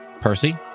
Percy